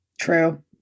True